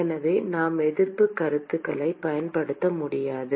எனவே நாம் எதிர்ப்புக் கருத்துக்களைப் பயன்படுத்த முடியாது